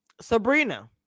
Sabrina